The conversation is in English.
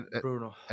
Bruno